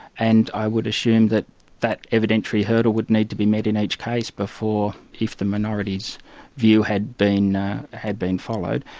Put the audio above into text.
and i would assume that that evidentiary hurdle would need to be met in each case before if the minority's view had been ah had been followed,